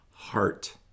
heart